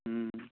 ହୁଁ